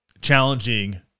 challenging